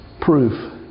proof